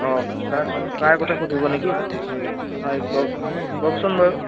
অ' তাৰ তাৰ আগতে সুধিব নেকি হয় কওক কওকচোন বাৰু